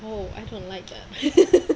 oh I don't like ah